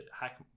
hack